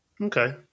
Okay